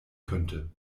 könnte